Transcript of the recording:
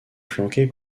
flanqué